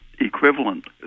Equivalent